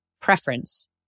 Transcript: preference